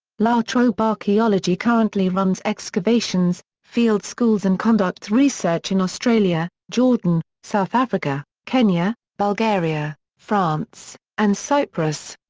la trobe archaeology currently runs excavations, field schools and conducts research in australia, jordan, south africa, kenya, bulgaria, france, and cyprus.